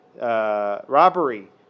Robbery